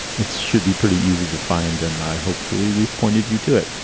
it's should be pretty easy to find. and i hopefully we've pointed you to it.